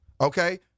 Okay